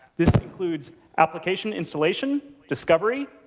this includes application installation, discovery,